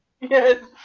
Yes